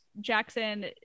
jackson